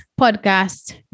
podcast